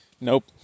nope